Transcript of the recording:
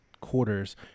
quarters